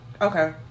okay